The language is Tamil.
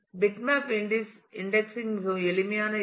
பிட்மேப் இன்டெக்ஸிங் மிகவும் எளிமையான யோசனை